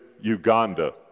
Uganda